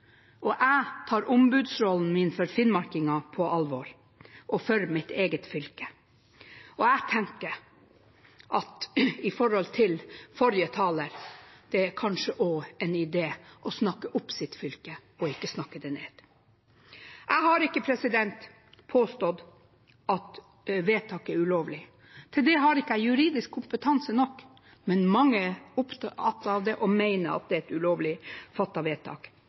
og jeg tar ombudsrollen min for finnmarkingene og for mitt eget fylke på alvor. Og jeg tenker når det gjelder forrige taler: Det er kanskje en idé å snakke opp sitt fylke og ikke snakke det ned. Jeg har ikke påstått at vedtaket er ulovlig. Til det har jeg ikke nok juridisk kompetanse, men mange er opptatt av det og mener at det er et ulovlig fattet vedtak.